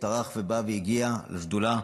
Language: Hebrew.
שטרח ובא והגיע לשדולה,